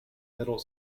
middle